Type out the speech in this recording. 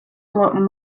blocking